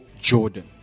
Jordan